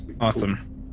Awesome